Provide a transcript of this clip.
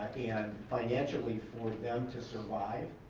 and financially, for them to survive,